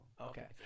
okay